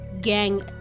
gang